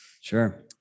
Sure